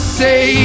say